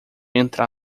entrar